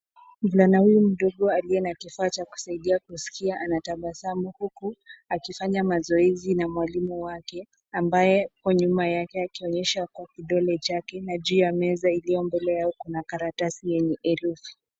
Mvulana huyu mdogo aliye na kifaa cha kusaidia kusikia anatabasamu huku akifanya mazoezi na mwalimu wake, ambaye huko nyuma akionyesha kwa kidole chake, na juu ya meza iliyo mbele yao kuna karatasi yenye herufi.